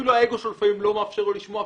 אפילו האגו שלו לא מאפשר לו לשמוע,